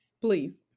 Please